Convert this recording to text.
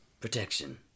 protection